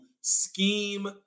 scheme